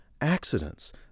accidents